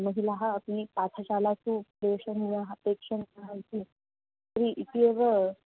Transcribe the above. महिलाः अपि पाठशालासु प्रेषणीयाः अपेक्षणीयाः इति तर्हि इत्येव